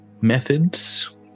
methods